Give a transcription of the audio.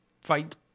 fight